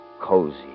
cozy